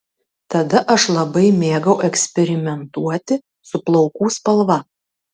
tada aš labai mėgau eksperimentuoti su plaukų spalva